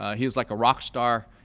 ah he was like a rock star.